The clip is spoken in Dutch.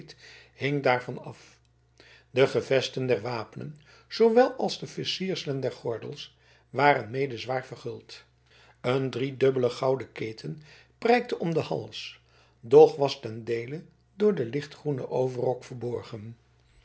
hing daarvan af de gevesten der wapenen zoowel als de versierselen des gordels waren mede zwaar verguld een driedubbele gouden keten prijkte om den hals doch was ten deele door den lichtgroenen overrok verborgen